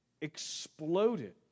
exploded